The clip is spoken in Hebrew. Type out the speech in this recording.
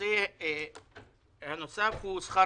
הנושא הנוסף הוא שכר